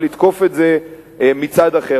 ולתקוף את זה מצד אחר,